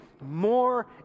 more